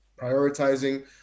prioritizing